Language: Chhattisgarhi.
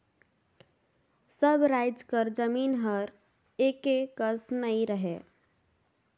सब राएज कर जमीन हर एके कस नी रहें